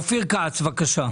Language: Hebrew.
אופיר כץ, בבקשה.